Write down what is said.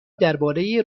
درباره